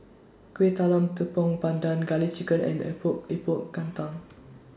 Kueh Talam Tepong Pandan Garlic Chicken and Epok Epok Kentang